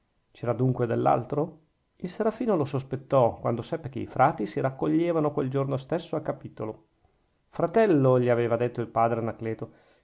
c'era dunque dell'altro il serafino lo sospettò quando seppe che i frati si raccoglievano quel giorno stesso a capitolo fratello gli aveva detto il padre anacleto